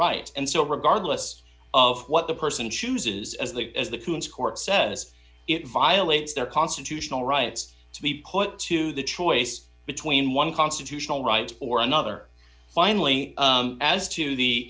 right and so regardless of what the person chooses as they as the court says it violates their constitutional rights to be put to the choice between one constitutional rights or another finally as to the